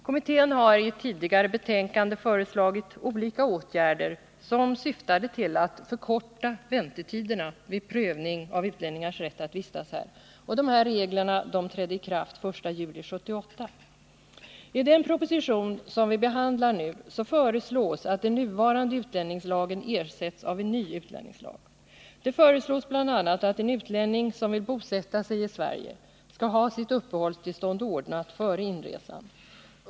Kommittén har i ett tidigare betänkande föreslagit olika åtgärder, som syftade till att förkorta väntetiderna vid prövning av utlänningars rätt att vistas här. Dessa regler trädde i kraft den 1 juli 1978. I den proposition som vi nu behandlar föreslås att den nuvarande utlänningslagen ersätts av en ny utlänningslag. Det föreslås bl.a. att en utlänning som vill bosätta sig i Sverige skall ha sitt uppehållstillstånd ordnat före inresan.